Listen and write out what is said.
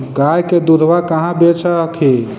गया के दूधबा कहाँ बेच हखिन?